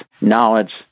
knowledge